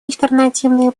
альтернативные